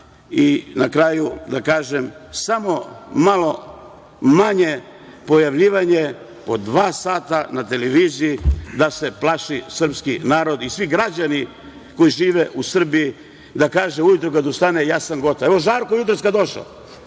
I na kraju da kažem, samo malo manje pojavljivanje po dva sata na televiziji da se plaši srpski narod i svi građani koji žive u Srbiji, da kaže ujutru kad ustane – ja sam gotov. Evo Žarko jutros kad